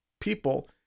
people